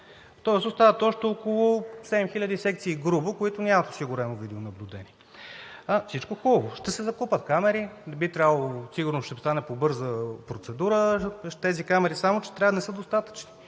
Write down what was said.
Тоест остават още около 7000 секции грубо, които нямат осигурено видеонаблюдение. Всичко е хубаво –ще се закупят камери, сигурно ще стане по бърза процедура, само че тези камери не са достатъчни.